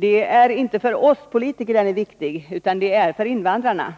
Det är ju inte för oss politiker som den är viktig, utan det är för invandrarna.